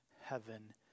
heaven